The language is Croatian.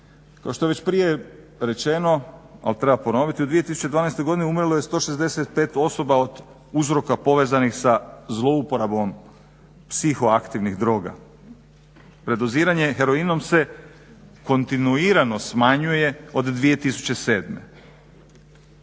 Kao što je već prije rečeno, ali treba ponoviti, u 2012. godini umrlo je 165 osoba od uzroka povezanih sa zlouporabom psihoaktivnih droga. Predoziranje heroinom se kontinuirano smanjuje od 2007. Ono